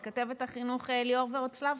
אצל כתבת החינוך ליאור ורוצלבסקי.